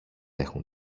έχουν